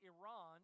Iran